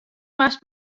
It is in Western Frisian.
moatst